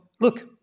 look